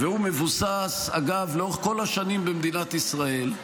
והוא מבוסס, אגב, לאורך כל השנים במדינת ישראל,